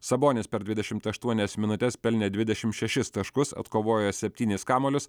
sabonis per dvidešim aštuonias minutes pelnė dvidešim šešis taškus atkovojo septynis kamuolius